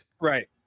Right